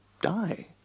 die